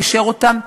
קישר אותם.